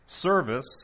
service